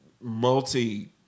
multi-